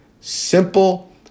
Simple